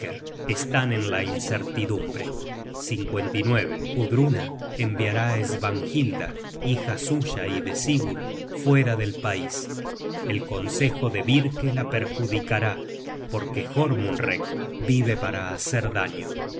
están en la incertidumbre content from google book search generated at gudruna enviará á svanhilda hija suya y de sigurd fuera del pais el consejo de birke la perjudicará porque jormunreck vive para hacer daño